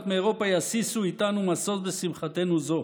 מאירופה ישישו איתנו משוש בשמחתנו זו.